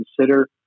consider